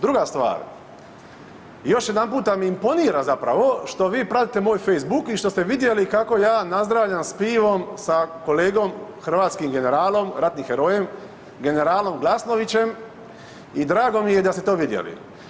Druga stvar još jedanputa mi imponira zapravo što vi pratite moj Facebook i što ste vidjeli kako ja nazdravljam s pivom s kolegom hrvatskim generalom, ratnim herojem, generalom Glasnovićem i drago mi je da ste to vidjeli.